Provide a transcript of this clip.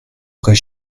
vrais